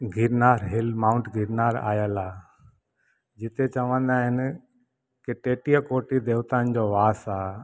Girnar hill mount Girnar आयल आहे जिते चवंदा आहिनि टेटीह कोटिन देवताउन जो वास आहे